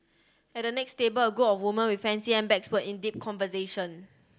at the next table a group of woman with fancy handbags were in deep conversation